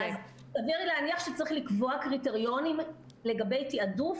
סביר להניח שצריך לקבוע קריטריונים לגבי תעדוף